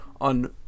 on